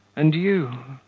and you,